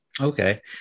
Okay